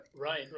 right